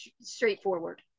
straightforward